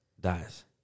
Dies